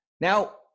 now